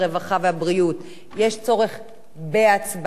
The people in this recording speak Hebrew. הרווחה והבריאות יש צורך בהצבעה,